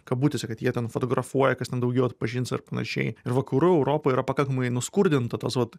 kabutėse kad jie ten fotografuoja kas ten daugiau atpažins ar panašiai ir vakarų europa yra pakankamai nuskurdinta tos vat